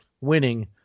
winning